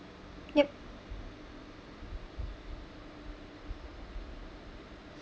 yup